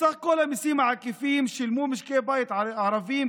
מסך כל המיסים העקיפים שילמו משקי הבית הערביים